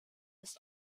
ist